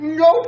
no